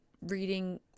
reading